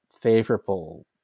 favorable